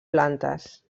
plantes